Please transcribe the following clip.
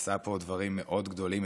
הוא עשה פה דברים מאוד גדולים,